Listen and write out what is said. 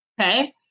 Okay